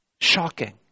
Shocking